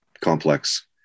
complex